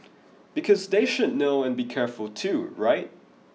because they should know and be careful too right